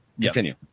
Continue